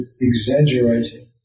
exaggerating